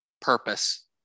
purpose